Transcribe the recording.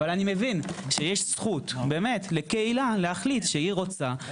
אבל אני כן מבין שיש, אני מת לגור בעיר